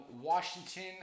Washington